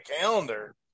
calendar